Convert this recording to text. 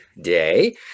day